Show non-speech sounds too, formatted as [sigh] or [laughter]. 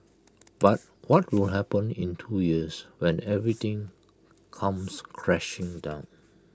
[noise] but what do happen in two years when everything comes crashing down